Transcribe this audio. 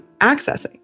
accessing